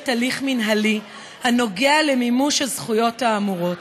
הליך מינהלי הנוגע למימוש הזכויות האמורות.